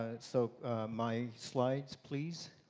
and so my slides, please.